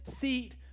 seat